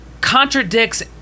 Contradicts